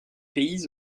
pays